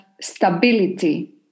stability